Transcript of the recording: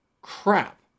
crap